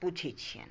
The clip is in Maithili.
पुछैत छियनि